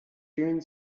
fühlen